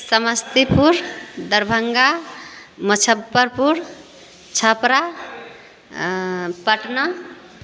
Samastipur Darbhanga Muzaffarpur Chhapra Patna